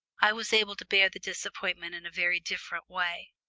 i was able to bear the disappointment in a very different way,